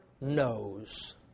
knows